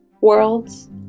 World's